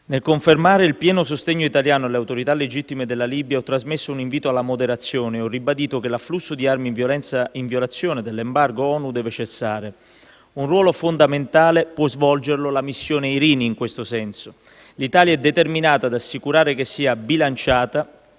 Nel confermare il pieno sostegno italiano alle autorità legittime della Libia, ho trasmesso un invito alla moderazione e ho ribadito che l'afflusso di armi in violazione dell'embargo ONU deve cessare. Un ruolo fondamentale può svolgerlo la missione Irini in questo senso; l'Italia è determinata ad assicurare che sia bilanciata